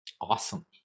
Awesome